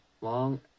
long